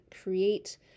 create